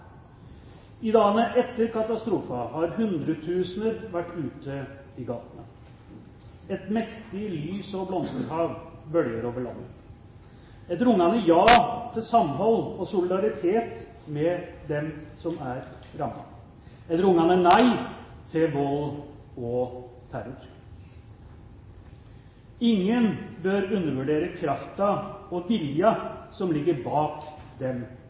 I dagene etter katastrofen har hundretusener vært ute i gatene. Et mektig lys- og blomsterhav bølger over landet – et rungende ja til samhold og solidaritet med dem som er rammet, og et rungende nei til vold og terror. Ingen bør undervurdere kraften og viljen som ligger bak